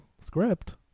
script